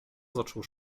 zaczął